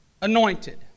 anointed